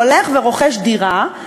הולך ורוכש דירה.